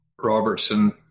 Robertson